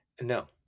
No